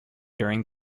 during